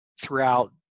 throughout